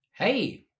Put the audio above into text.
Hey